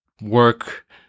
work